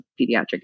pediatric